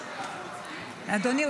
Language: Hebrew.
אדוני,